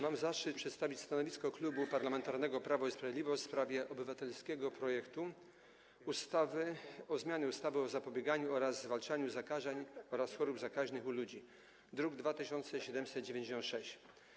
Mam zaszczyt przedstawić stanowisko Klubu Parlamentarnego Prawo i Sprawiedliwość w sprawie obywatelskiego projektu ustawy o zmianie ustawy o zapobieganiu oraz zwalczaniu zakażeń i chorób zakaźnych u ludzi, druk nr 2796.